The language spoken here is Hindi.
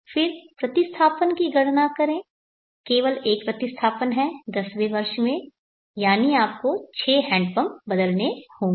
फिर प्रतिस्थापन की गणना करें केवल एक प्रतिस्थापन है 10वें वर्ष में यानी आपको 6 हैंड पंप बदलने होंगे